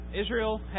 Israel